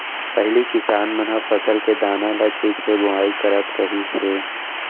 पहिली किसान मन ह फसल के दाना ल छिंच के बोवाई करत रहिस हे